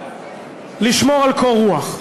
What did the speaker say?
לשמור על קור רוח.